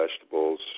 vegetables